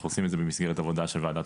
אנחנו עושים את זה במסגרת עבודה של ועדת